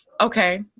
okay